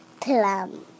Plum